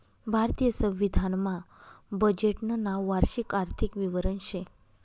भारतीय संविधान मा बजेटनं नाव वार्षिक आर्थिक विवरण शे